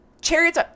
chariots